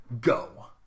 go